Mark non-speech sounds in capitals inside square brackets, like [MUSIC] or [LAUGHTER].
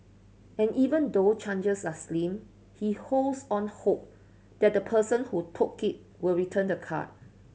and even though [UNINTELLIGIBLE] are slim he holds out hope that the person who took it will return the card